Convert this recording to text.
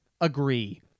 agree